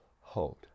hold